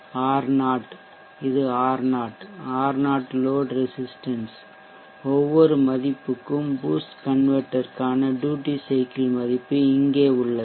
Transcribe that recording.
R0 இது R0 R0 load resistance ஒவ்வொரு மதிப்புக்கும் பூஸ்ட் கன்வெர்ட்டெர் க்கான ட்யூட்டி சைக்கிள் மதிப்பு இங்கே உள்ளது